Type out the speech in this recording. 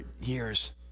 years